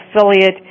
Affiliate